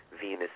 Venus